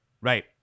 Right